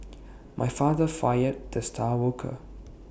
my father fired the star worker